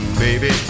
baby